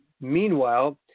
meanwhile